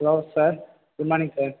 hello sir goodmorning sir